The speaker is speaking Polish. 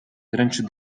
dręczy